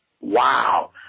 Wow